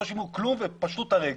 לא שילמו כלום והם פשטו את הרגל.